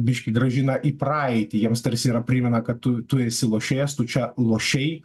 biškį grąžina į praeitį jiems tarsi yra primena kad tu tu esi lošėjas tu čia lošei